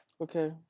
Okay